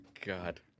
god